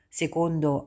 secondo